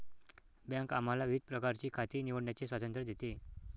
bank आम्हाला विविध प्रकारची खाती निवडण्याचे स्वातंत्र्य देते